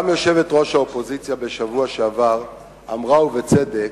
גם יושבת-ראש האופוזיציה בשבוע שעבר אמרה, ובצדק,